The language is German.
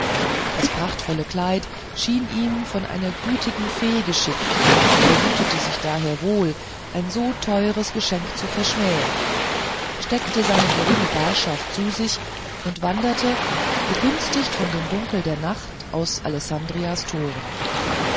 das prachtvolle kleid schien ihm von einer gütigen fee geschickt er hütete sich daher wohl ein so teures geschenk zu verschmähen steckte seine geringe barschaft zu sich und wanderte begünstigt von dem dunkel der nacht aus alessandrias toren